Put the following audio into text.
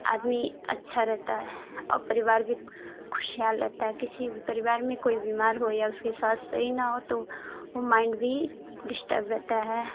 आदमी अच्छा रहता है और परिवार भी खुशहाल रहता है किसी परिवार में कोई बीमार हो या उसके साथ सही न हो तो माइंड भी डिस्टर्ब रहता है